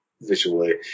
visually